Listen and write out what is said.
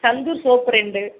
Santoor soap ரெண்டு